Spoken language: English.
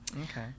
okay